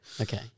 Okay